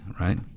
right